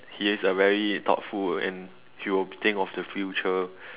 he is a very thoughtful and he will think of the future